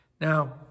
Now